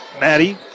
Maddie